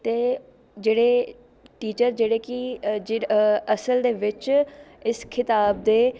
ਅਤੇ ਜਿਹੜੇ ਟੀਚਰ ਜਿਹੜੇ ਕਿ ਅਸਲ ਦੇ ਵਿੱਚ ਇਸ ਖਿਤਾਬ ਦੇ